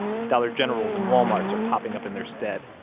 dollar generals and walmarts are popping up in their stead,